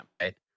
Right